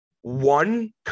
one